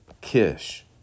Kish